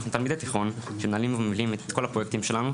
אנחנו תלמידי תיכון שמנהלים את כל הפרויקטים שלנו,